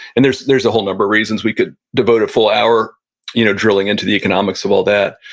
and there's there's a whole number of reasons. we could devote a full hour you know drilling into the economics of all that.